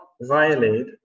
violate